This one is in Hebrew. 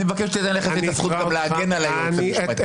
אני מבקש לתת לי את הזכות גם להגן על היועץ המשפטי.